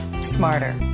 smarter